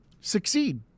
succeed